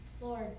Lord